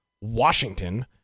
Washington